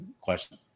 question